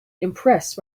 impressed